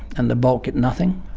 and the bulk get nothing.